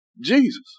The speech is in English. Jesus